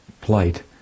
plight